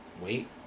Wait